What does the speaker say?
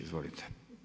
Izvolite.